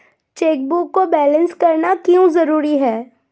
Chequebook को balance करना क्यों जरूरी है?